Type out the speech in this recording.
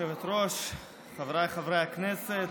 כבוד היושבת-ראש, חבריי חברי הכנסת,